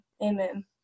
Amen